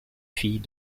fille